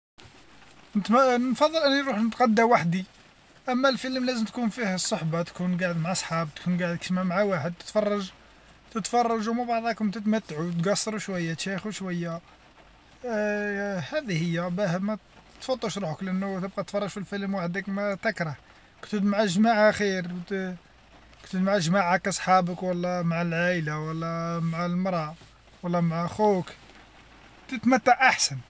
نفضل أني نروح نتغدى وحدي، أما الفيلم لازم تكون فيه الصحبة تكون قاعد مع صحاب تكون قاعد كاش ما مع واحد، تفرج تتفرج مع بعضاكم تتمتعو تقصرو شوية شيخو شوية، هذي هي باه ما تفوتش روحك لأنو تبقى تتفرج في فلم وحدك ما تكره، كثن مع الجماعة خير تكون مع الجماعة كصحابك ولا مع العائلة ولا مع المرا ولا مع خوك تتمتع احسن.